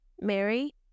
Mary